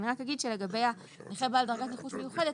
אני רק אגיד שלגבי נכה בעל דרגת נכות מיוחדת,